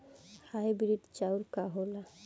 Hybrid चाउर का होला?